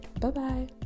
Bye-bye